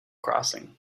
crossing